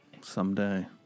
Someday